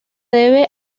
debe